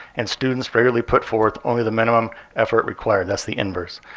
and students rarely put forth only the minimum effort required. that's the inverse.